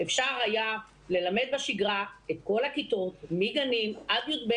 אפשר היה ללמד בשגרה את כל הכיתות מגנים עד י"ב,